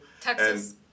Texas